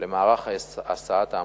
למערך הסעת ההמונים.